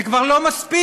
זה כבר לא מספיק.